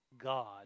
God